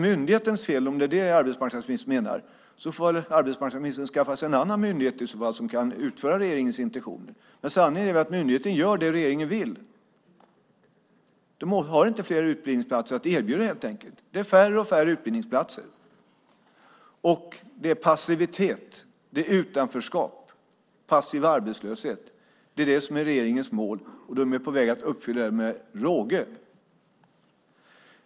Om arbetsmarknadsministern menar att det är myndighetens fel får han väl skaffa sig en annan myndighet som kan utföra regeringens intentioner. Men sanningen är väl att myndigheten gör det som regeringen vill. Myndigheten har inte fler utbildningsplatser att erbjuda helt enkelt. Det blir färre och färre utbildningsplatser. Passivitet, utanförskap och passiv arbetslöshet är regeringens mål, och man är på väg att uppfylla dem med råge.